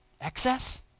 excess